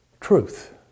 truth